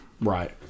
Right